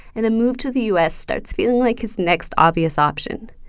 and a move to the u s starts feeling like his next obvious option.